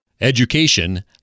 education